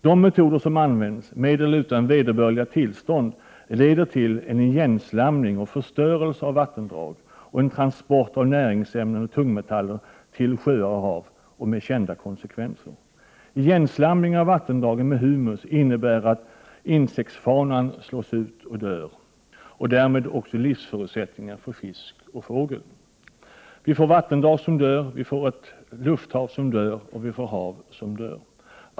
De metoder som används — mer eller mindre utan vederbörliga tillstånd — leder till en igenslamning och förstörelse av vattendragen och en transport av näringsämnen och tungmetaller till sjöar och hav, och med kända konsekvenser. Igenslamningen av vattendragen med humus innebär att insektsfaunan slås ut och dör och därmed också livsförutsättningarna för fisk och fågel. Vi får vattendrag som dör, vi får ett lufthav som dör och vi får ett hav som dör.